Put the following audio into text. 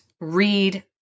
read